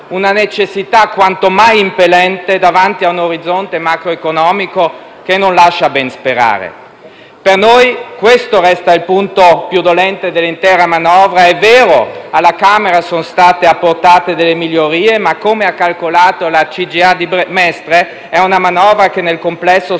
una necessità quanto mai impellente, davanti a un orizzonte macroeconomico che non lascia ben sperare. Per noi questo resta il punto più dolente dell'intera manovra. È vero che alla Camera sono state apportate migliorie, ma, come ha calcolato la CGIA di Mestre, è una manovra che nel complesso sottrae